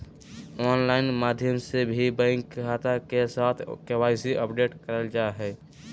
online माध्यम से भी बैंक खाता के साथ के.वाई.सी अपडेट करल जा हय